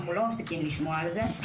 אנחנו לא מפסיקים לשמוע על זה.